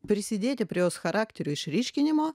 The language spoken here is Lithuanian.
prisidėti prie jos charakterio išryškinimo